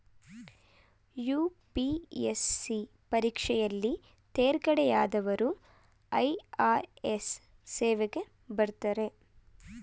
UPSC ಪರೀಕ್ಷೆಯಲ್ಲಿ ತೇರ್ಗಡೆಯಾದವರು IRS ಸೇವೆಗೆ ಬರ್ತಾರೆ